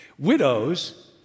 Widows